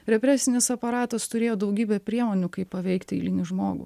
represinis aparatas turėjo daugybę priemonių kaip paveikti eilinį žmogų